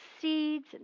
seeds